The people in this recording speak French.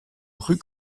rue